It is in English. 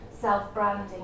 self-branding